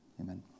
Amen